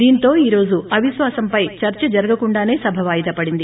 దీంతో ఈ రోజు అవిశ్వాసంపై చర్స జరగకుండానే సభ వాయిదా పడింది